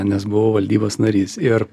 nes buvau valdybos narys ir